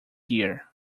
year